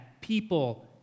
people